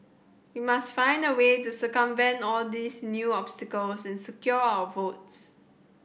we must find a way to circumvent all these new obstacles and secure our votes